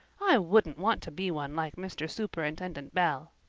i wouldn't want to be one like mr. superintendent bell.